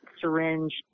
syringe